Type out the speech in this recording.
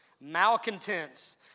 malcontents